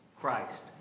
Christ